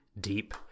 deep